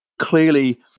clearly